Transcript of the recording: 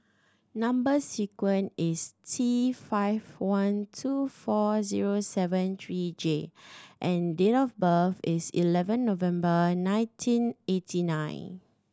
number sequence is T five one two four zero seven three J and date of birth is eleven November nineteen eighty nine